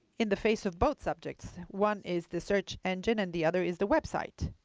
in the face of both subjects? one is the search engine, and the other is the website.